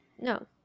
No